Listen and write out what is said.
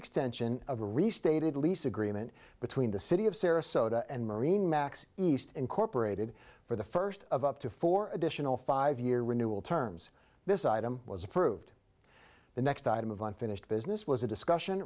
extension of the restated lease agreement between the city of sarasota and marine max east incorporated for the first of up to four additional five year renewal terms this item was approved the next item of unfinished business was a discussion